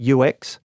UX